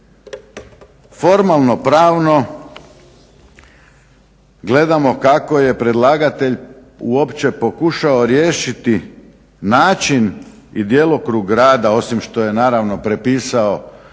Formalno-pravno gledamo kako je predlagatelj uopće pokušao riješiti način i djelokrug rada, osim što je naravno prepisao